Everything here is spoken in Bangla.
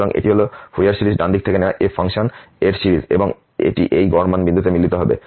সুতরাং এটি হল ফুরিয়ার সিরিজ ডান দিকে দেওয়া f ফাংশন এর ফুরিয়ার সিরিজ এবং এটি এই গড় মান বিন্দুতে মিলিত হবে